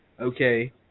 Okay